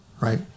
right